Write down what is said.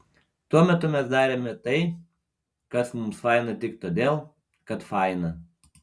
tuo metu mes darėme tai kas mums faina tik todėl kad faina